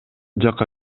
жакка